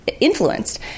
influenced